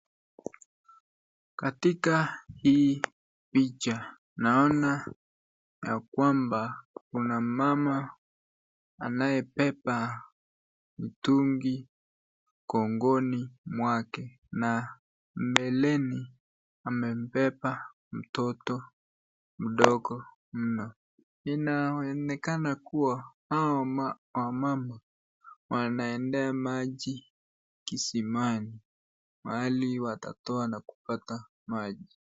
Katika hii picha, naona ya kwamba kuna mama anayebeba mtungi mgongoni mwake na mbeleni amebeba mtoto mdogo mno. Inaonekana kuwa hao wamama wanaendea maji kisimani, mahali watatoa na kupata maji.